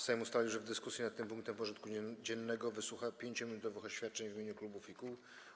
Sejm ustalił, że w dyskusji nad tym punktem porządku dziennego wysłucha 5-minutowych oświadczeń w imieniu klubów i kół.